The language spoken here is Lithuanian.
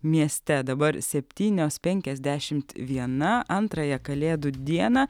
mieste dabar septynios penkiasdešimt viena antrąją kalėdų dieną